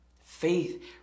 Faith